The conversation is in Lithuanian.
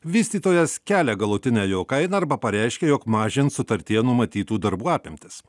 vystytojas kelia galutinę jo kainą arba pareiškia jog mažins sutartyje numatytų darbų apimtis